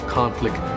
conflict